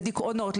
לדיכאונות,